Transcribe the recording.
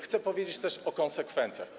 Chcę powiedzieć też o konsekwencjach.